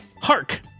Hark